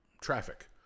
traffic